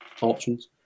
options